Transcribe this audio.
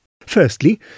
Firstly